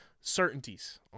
certainties